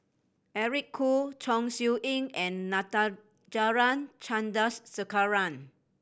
Eric Khoo Chong Siew Ying and Natarajan Chandrasekaran